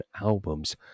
albums